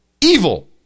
Evil